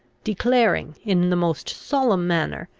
declaring, in the most solemn manner,